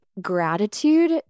gratitude